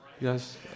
Yes